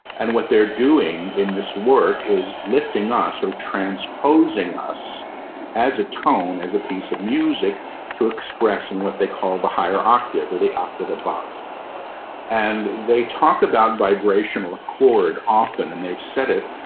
and what they're doing in this work is lifting us or transposing us as a tone, as a piece of music to express and what they call the higher octave, where they octave above and they talk about vibrational accord often. and they've said it,